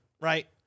right